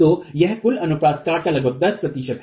तो यह कुल अनुप्रस्थ काट का लगभग 10 प्रतिशत है